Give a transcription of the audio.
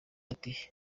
ati